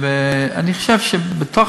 אני חושב שבתוך